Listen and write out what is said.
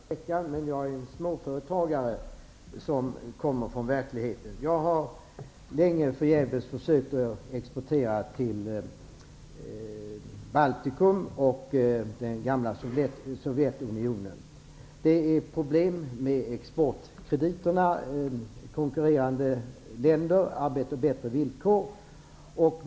Fru talman! Jag är sedan förra veckan ledamot, men jag är också en småföretagare som kommer från verkligheten. Jag har länge förgäves försökt exportera till Baltikum och till den gamla Sovjetunionen. Det är problem med exportkrediterna, och konkurrerande länder har bättre villkor.